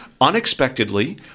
unexpectedly